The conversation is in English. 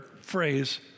phrase